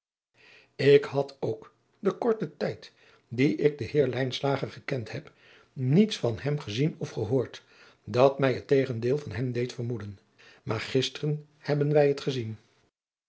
k had ook den korten tijd dien ik den eer gekend heb niets van hem gezien of gehoord dat mij het tegendeel van hem deed vermoeden maar gisteren hebben wij het gezien